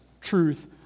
truth